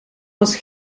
was